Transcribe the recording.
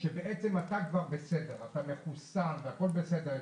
שכבר בסדר, הוא מחוסן והכול בסדר אצלו.